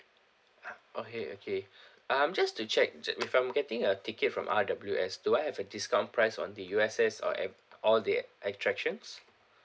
okay okay um just to check ju~ if I'm getting a ticket from R_W_S do I have a discount price on the U_S_S or ev~ all the attractions